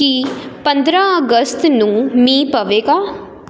ਕੀ ਪੰਦਰਾਂ ਅਗਸਤ ਨੂੰ ਮੀਂਹ ਪਵੇਗਾ